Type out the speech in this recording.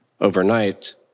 overnight